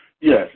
Yes